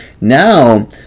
Now